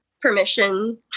permission